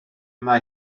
mae